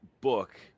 book